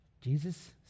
Jesus